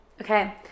okay